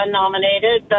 nominated